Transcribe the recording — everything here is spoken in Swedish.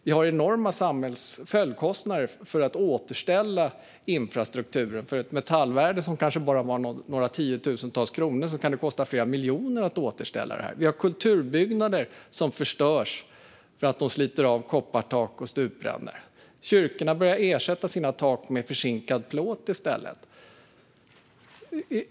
Det blir enorma följdkostnader för att återställa infrastrukturen. För ett metallvärde på några tiotusentals kronor kan det kosta flera miljoner att återställa. Kulturbyggnader förstörs för att koppartak och stuprännor slits av. Kyrkorna har börjat ersätta taken med förzinkad plåt i stället.